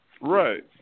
Right